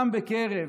גם בקרב